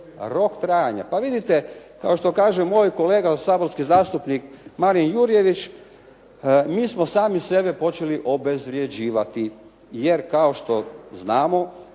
Rok trajanja. Pa vidite, kao što kaže moj kolega saborski zastupnik Marin Jurjević mi smo sami sebe počeli obezvrjeđivati jer kao što znamo